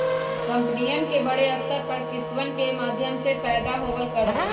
कम्पनियन के बडे स्तर पर किस्तवन के माध्यम से फयदा होवल करा हई